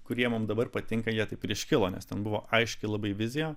kurie mum dabar patinka jie taip ir iškilo nes ten buvo aiški labai vizija